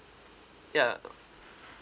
yeah